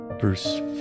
verse